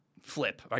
flip